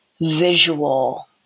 visual